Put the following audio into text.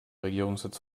regierungssitz